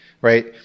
right